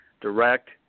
direct